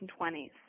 1920s